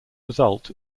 result